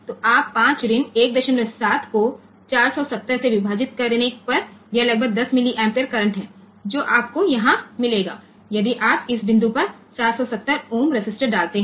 तो आप 5 ऋण 17 को 470 से विभाजित करने पर यह लगभग 10 मिलिम्पियर करंट है जो आपको यहां मिलेगा यदि आप इस बिंदु पर 470 ओम रेसिस्टर डालते हैं